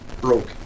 broke